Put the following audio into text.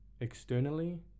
externally